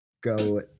go